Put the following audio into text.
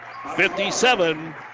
57